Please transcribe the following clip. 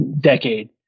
decade